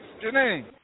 Janine